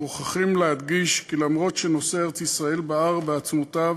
מוכרחים להדגיש כי למרות שנושא ארץ-ישראל בער בעצמותיו